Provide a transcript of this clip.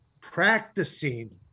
practicing